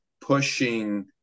pushing